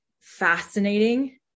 fascinating